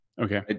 Okay